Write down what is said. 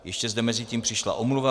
Ještě zde mezitím přišla omluva.